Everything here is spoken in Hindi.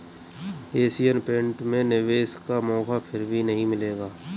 एशियन पेंट में निवेश का मौका फिर नही मिलेगा